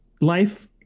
Life